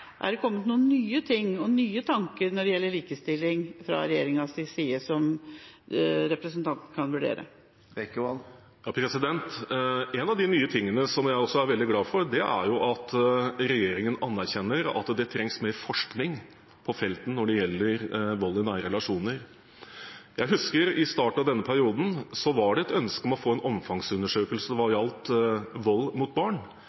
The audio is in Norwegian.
Er det kommet noen nye ting og nye tanker fra regjeringas side når det gjelder likestilling, etter det representanten kan vurdere? En av de nye tingene som jeg også er veldig glad for, er at regjeringen anerkjenner at det trengs mer forskning på feltet vold i nære relasjoner. Jeg husker at i starten av denne perioden var det et ønske om å få en omfangsundersøkelse hva gjelder vold mot barn.